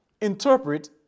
Interpret